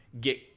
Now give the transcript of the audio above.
get